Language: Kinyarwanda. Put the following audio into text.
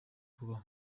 kubaho